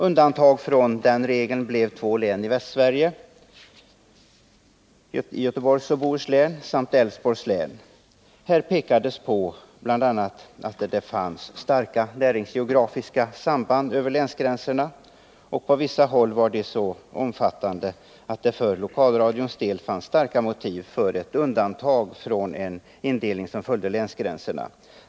Undantagna från den regeln blev två län i Västsverige — Göteborgs och Bohus län samt Älvsborgs län. Här pekades det på att det fanns bl.a. starka näringsgeografiska samband över länsgränserna, och på vissa håll var de så omfattande att det för lokalradions del fanns starka motiv för ett undantag från en indelning som följde länsgränserna.